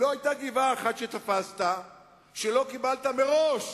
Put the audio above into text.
לא היתה גבעה אחת שתפסת ולא קיבלת מראש